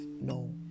no